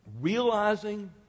realizing